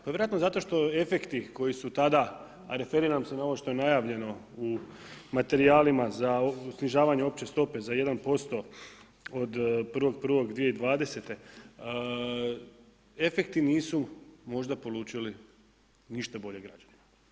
Pa vjerojatno zato što efekti koji su tada, a referiram se na ovo što je najavljeno u materijalima za snižavanje opće stope za 1% od 1.1.2020., efekti nisu možda polučili ništa bolje za građane.